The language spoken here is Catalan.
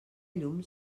llum